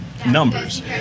numbers